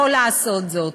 יכול לעשות זאת.